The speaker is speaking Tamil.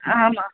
ஆமாம்